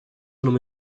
from